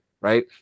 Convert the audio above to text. right